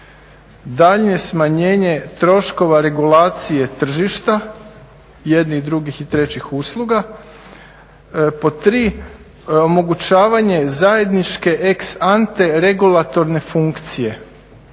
daljnje smanjenje troškova regulacije tržišta, jednih i drugih i trećih usluga. Pod tri omogućavanje zajedničke ex ante regulatorne funkcije.